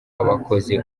abakoze